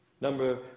Number